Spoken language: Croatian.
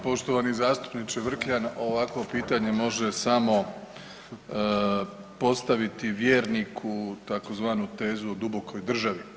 Poštovani zastupniče Vrkljan, ovakvo pitanje može samo postaviti vjerniku tzv. tezu o dubokoj državi.